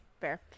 Fair